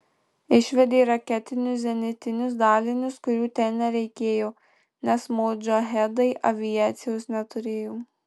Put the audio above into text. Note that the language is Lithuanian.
išvedė raketinius zenitinius dalinius kurių ten nereikėjo nes modžahedai aviacijos neturėjo